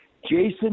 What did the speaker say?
Jason